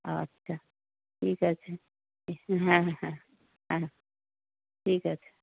আচ্ছা ঠিক আছে হ্যাঁ হ্যাঁ ঠিক আছে